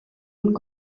und